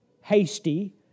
hasty